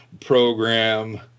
program